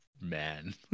man